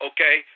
Okay